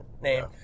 name